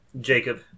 Jacob